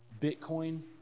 Bitcoin